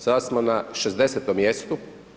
Sad smo na 60. mjestu.